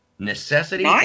necessity